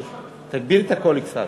תגביר את הקול קצת.